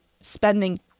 spending